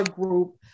group